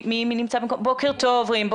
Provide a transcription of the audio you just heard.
בוקר טוב, רים.